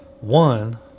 One